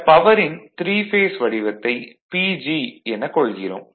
இந்த பவரின் 3 பேஸ் வடிவத்தை PG எனக் கொள்கிறோம்